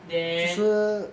then